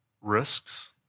risks